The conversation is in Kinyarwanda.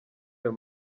ayo